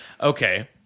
Okay